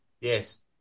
yes